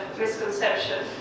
misconception